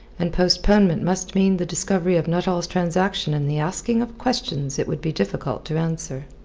and postponement must mean the discovery of nuttall's transaction and the asking of questions it would be difficult to answer.